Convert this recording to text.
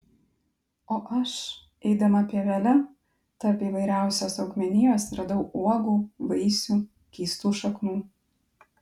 o aš eidama pievele tarp įvairiausios augmenijos radau uogų vaisių keistų šaknų